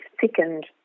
thickened